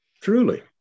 Truly